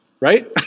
right